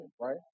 right